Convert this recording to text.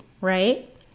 right